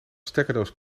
stekkerdoos